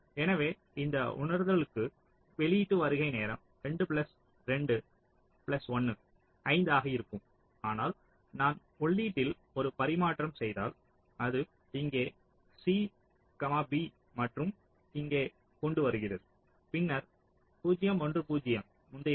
எனவே இந்த உணர்தலுக்கு வெளியீட்டு வருகை நேரம் 2 பிளஸ் 2 பிளஸ் 1 5 ஆக இருக்கும் ஆனால் நான் உள்ளீட்டில் ஒரு பரிமாற்றம் செய்தால் அது இங்கே C B மற்றும் இங்கே கொண்டு வருகிறது பின்னர் 0 1 0 முந்தையது